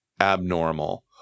abnormal